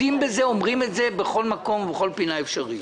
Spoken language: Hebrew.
אומרים את זה בכל מקום ובכל פינה אפשרית.